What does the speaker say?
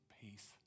peace